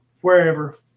wherever